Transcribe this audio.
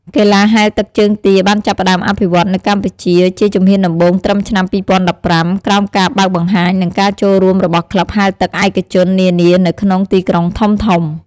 កីឡាហែលទឹកជើងទាបានចាប់ផ្តើមអភិវឌ្ឍនៅកម្ពុជាជាជំហានដំបូងត្រឹមឆ្នាំ ២០១៥ ក្រោមការបើកបង្ហាញ និងការចូលរួមរបស់ក្លឹបហែលទឹកឯកជននានានៅក្នុងទីក្រុងធំៗ។